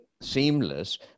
seamless